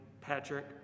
Patrick